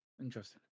Interesting